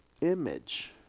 image